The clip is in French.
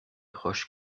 roches